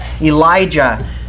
Elijah